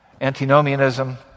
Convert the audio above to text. antinomianism